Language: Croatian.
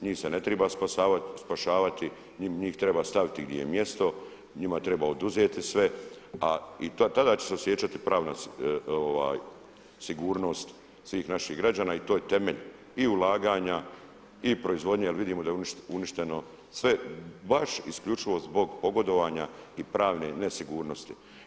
Njih se ne treba spašavati, njih treba staviti gdje im je mjesto, njima treba oduzeti sve a i tada će se osjećati pravna sigurnost svih naših građana i to je temelj i ulaganja i proizvodnje jer vidimo da je uništeno sve baš isključivo zbog pogodovanja i pravne nesigurnosti.